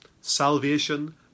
salvation